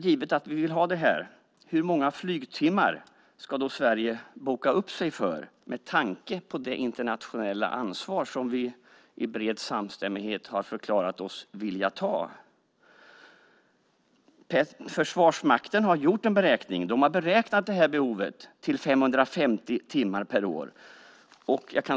Givet att vi vill ha detta, hur många flygtimmar ska då Sverige boka upp sig för med tanke på det internationella ansvar som vi i bred samstämmighet har förklarat oss villiga att ta? Försvarsmakten har gjort en beräkning av behovet till 550 timmar per år.